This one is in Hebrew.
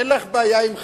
אין לך בעיה עם חריש,